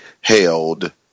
held